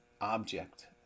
object